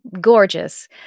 gorgeous